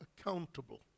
accountable